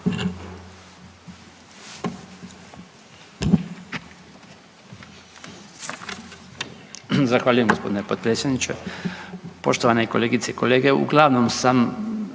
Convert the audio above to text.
Zahvaljujem g. potpredsjedniče. Poštovane kolegice i kolege. Uglavnom sam